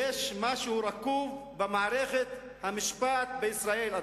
משהו רקוב במערכת המשפט בישראל.